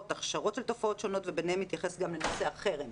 והכשרות לתופעות שונות וביניהן מתייחס גם לנושא החרם.